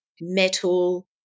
metal